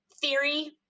theory